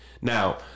now